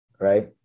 right